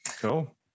cool